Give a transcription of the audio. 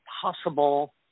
possible